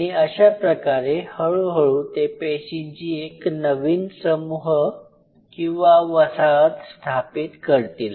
आणि अशाप्रकारे हळूहळू ते पेशींची एक नवीन समूह किंवा वसाहत स्थापित करतील